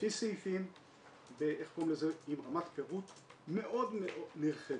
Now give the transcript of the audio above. לפי סעיפים, עם רמת פירוט מאוד נרחבת.